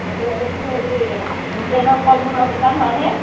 hello এইটো হেৰি হা হুছেইনৰ ফল মূলৰ দোকান হয়নে